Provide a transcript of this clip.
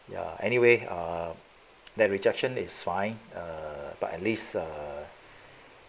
ya anyway err that rejection is fine err but at least err